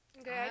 Okay